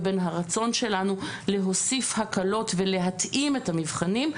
ובין הרצון שלנו להוסיף הקלות ולהתאים את המבחנים,